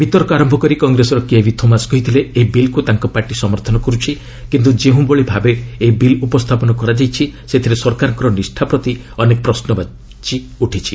ବିତର୍କ ଆରମ୍ଭ କରି କଟ୍ରେସର କେଭି ଥୋମାସ୍ କହିଥିଲେ ଏହି ବିଲ୍କୁ ତାଙ୍କ ପାର୍ଟି ସମର୍ଥନ କରୁଛି କିନ୍ତୁ ଯେଉଁଭଳି ଭାବେ ଏହି ବିଲ୍ ଉପସ୍କାପନ କରାଯାଇଛି ସେଥିରେ ସରକାରଙ୍କ ନିଷ୍ଣା ପ୍ରତି ଅନେକ ପ୍ରଶ୍ରବାଚୀ ଉଠିଛି